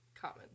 common